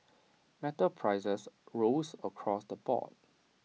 metal prices rose across the board